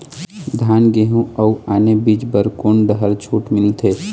धान गेहूं अऊ आने बीज बर कोन डहर छूट मिलथे?